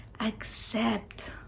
accept